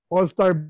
All-Star